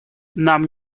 нам